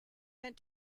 went